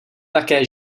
také